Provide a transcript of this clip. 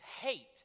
hate